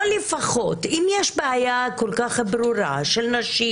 או לפחות, אם יש בעיה כל כך ברורה של נשים,